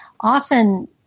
often